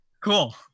Cool